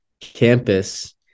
campus